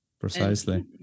precisely